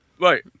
right